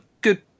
good